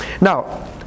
Now